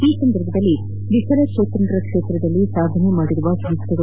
ಈ ಸಂದರ್ಭದಲ್ಲಿ ವಿಕಲಚೇತನರ ಕ್ಷೇತ್ರದಲ್ಲಿ ಸಾಧನೆಗೈದ ಸಂಸ್ಥೆಗಳು